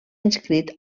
inscrit